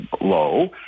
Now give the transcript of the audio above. low